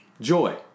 joy